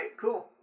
cool